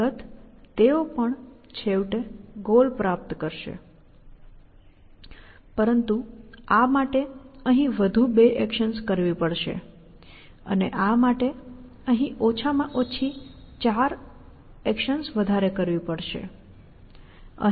અલબત્ત તેઓ પણ છેવટે ગોલ પ્રાપ્ત કરશે પરંતુ આ માટે અહીં વધુ બે એક્શન્સ કરવી પડશે અને આ માટે અહીં ઓછામાં ઓછી ચાર વધુ એક્શન્સ કરવી પડશે